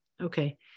Okay